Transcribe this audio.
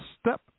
Step